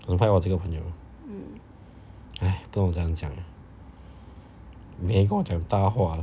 你看我这个朋友 !hais! 不懂怎样讲每天跟我讲大话